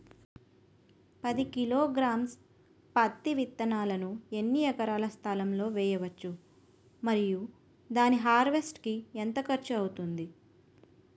పది కిలోగ్రామ్స్ పత్తి విత్తనాలను ఎన్ని ఎకరాల స్థలం లొ వేయవచ్చు? మరియు దాని హార్వెస్ట్ కి ఎంత ఖర్చు అవుతుంది?